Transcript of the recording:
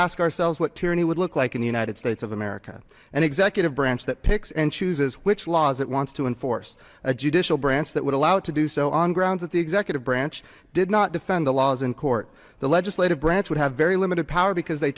ask ourselves what tyranny would look like in the united states of america an executive branch that picks and chooses which laws it wants to enforce a judicial branch that would allow it to do so on grounds of the executive branch did not defend the laws in court the legislative branch would have very limited power because they